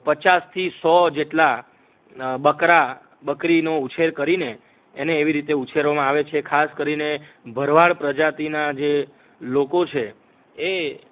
પચાસથી સો જેટલા બકરા બકરીનો ઉછેર કરીને એને એવી રીતે ઉછેરવામાં આવે છે ખાસ કરીને ભરવાડ પ્રજાતિના જે લોકો છે એ